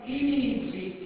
easy